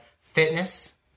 fitness